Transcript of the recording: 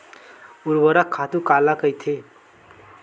ऊर्वरक खातु काला कहिथे?